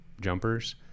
jumpers